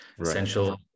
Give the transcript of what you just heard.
Essential